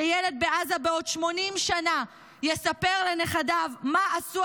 שילד בעזה בעוד 80 שנה יספר לנכדיו מה עשו